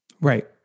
Right